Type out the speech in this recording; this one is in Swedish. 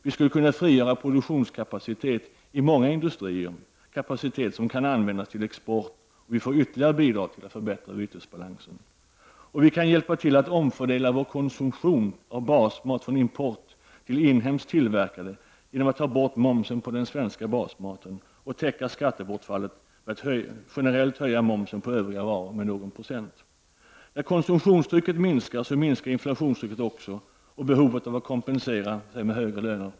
Vi skulle kunna frigöra produktionskapacitet i många industrier — kapacitet som kan användas till export, och vi får ytterligare bidrag till att förbättra bytesbalansen. Vi kan hjälpa till att omfördela vår konsumtion av basmat från importerad till inhemskt tillverkad genom att ta bort momsen på den svenska basmaten och täcka skattebortfallet genom att generellt höja momsen på övriga varor med några procent. När konsumtionstrycket minskar, minskar inflationstrycket och behovet att kompensera sig med högre löner.